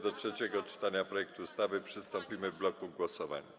Do trzeciego czytania projektu ustawy przystąpimy w bloku głosowań.